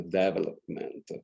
development